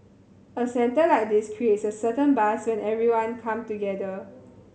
a centre like this creates a certain buzz when everybody come together